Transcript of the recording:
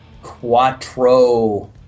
Quattro